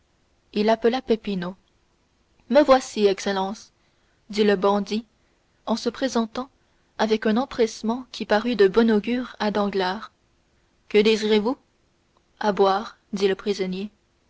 il appela peppino me voici excellence dit le bandit en se présentant avec un empressement qui parut de bon augure à danglars que désirez-vous à boire dit le prisonnier